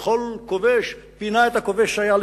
וכל כובש פינה את הכובש שהיה לפניו.